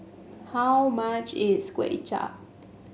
how much is Kway Chap